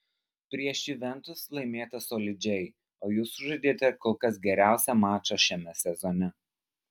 prieš juventus laimėta solidžiai o jūs sužaidėte kol kas geriausią mačą šiame sezone